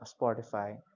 Spotify